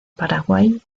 paraguay